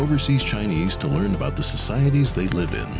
overseas chinese to learn about the societies they live in